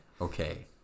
Okay